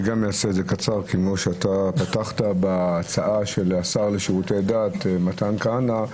אעשה את זה קצר כפי שפתחת בהצעה של השר לשירותי דת מתן כהנא.